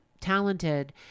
talented